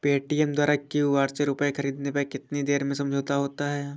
Paytm द्वारा QR से रूपए ख़रीदने पर कितनी देर में समझौता होता है?